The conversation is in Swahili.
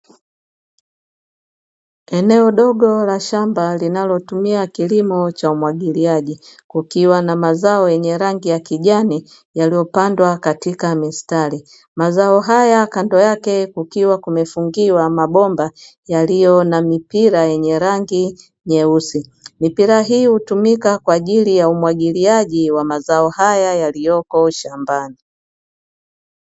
Eneo dogo la shamba linalotumia kilimo cha umwagiliaji kukiwa na mazao yenye rangi ya kijani yaliyopandwa katika mistari. Mazao haya kando yake kukiwa kumefungiwa mabomba yaliyo na mipira yenye rangi nyeusi. Mipira hii hutumika kwa ajili ya umwagiliaji wa mazao haya yaliyoko shambani.